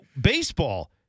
Baseball